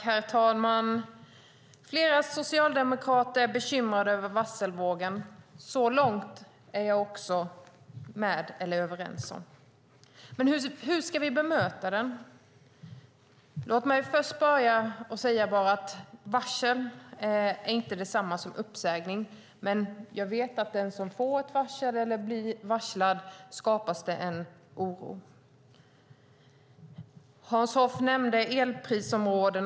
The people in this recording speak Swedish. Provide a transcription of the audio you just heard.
Herr talman! Flera socialdemokrater är bekymrade över varselvågen. Så långt är jag med; detta är vi överens om. Men hur ska vi bemöta den? Låt mig börja med att säga att varsel inte är detsamma som uppsägning. Men jag vet att hos den som blir varslad skapas en oro. Hans Hoff nämnde elprisområdena.